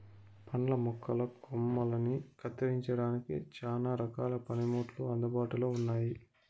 పండ్ల మొక్కల కొమ్మలని కత్తిరించడానికి చానా రకాల పనిముట్లు అందుబాటులో ఉన్నయి